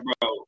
bro